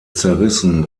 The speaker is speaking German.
zerrissen